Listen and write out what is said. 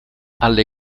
alle